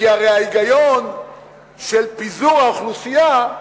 כי הרי ההיגיון של פיזור האוכלוסייה,